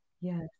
Yes